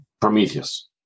Prometheus